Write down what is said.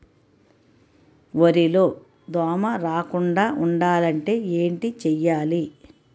వరిలో దోమ రాకుండ ఉండాలంటే ఏంటి చేయాలి?